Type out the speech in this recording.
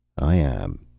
i am,